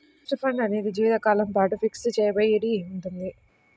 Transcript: trust fund అనేది జీవితకాలం పాటు ఫిక్స్ చెయ్యబడి ఉంటుంది